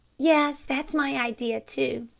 yes, that's my idea, too.